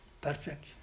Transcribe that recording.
Perfect